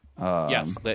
Yes